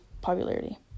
popularity